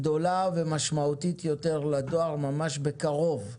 גדולה ומשמעותית יותר לדואר ממש בקרוב.